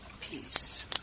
peace